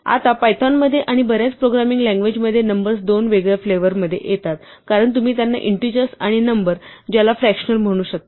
आता पायथॉनमध्ये आणि बर्याच प्रोग्रामिंग लँग्वेज मध्ये नंबर्स दोन वेगळ्या फ्लेवर मध्ये येतात कारण तुम्ही त्यांना इंटीजर्स आणि नंबर ज्याला फ्रकॅशनल म्हणू शकता